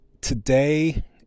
Today